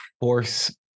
force